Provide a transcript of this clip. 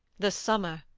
the summer,